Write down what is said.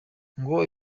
ngo